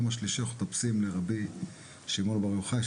שלושה ימים מטפסים לרבי שמעון בר יוחאי,